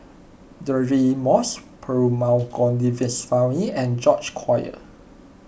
Deirdre Moss Perumal Govindaswamy and George Collyer